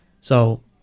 So-